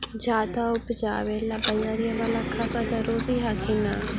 ज्यादा उपजाबे ला बजरिया बाला खदबा जरूरी हखिन न?